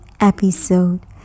episode